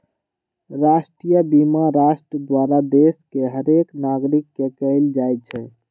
राष्ट्रीय बीमा राष्ट्र द्वारा देश के हरेक नागरिक के कएल जाइ छइ